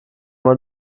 man